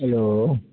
hello